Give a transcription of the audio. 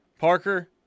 Parker